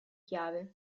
chiave